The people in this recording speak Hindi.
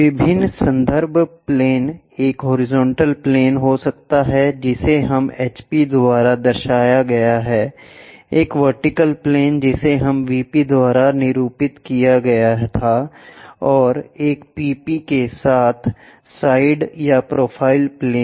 विभिन्न संदर्भ प्लेन एक हॉरिजॉन्टल प्लेन हो सकते हैं जिसे हमने HP द्वारा दर्शाया गया था एक वर्टिकल प्लेन जिसे हम VP द्वारा निरूपित किया गया था और PP के साथ साइड या प्रोफाइल प्लेन